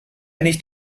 nicht